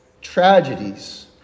tragedies